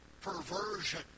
perversion